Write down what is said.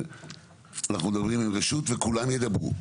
אנחנו מדברים עם רשות וכולם ידברו.